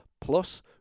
Plus